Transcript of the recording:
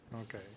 Okay